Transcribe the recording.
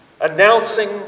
Announcing